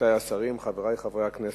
רבותי השרים, חברי חברי הכנסת,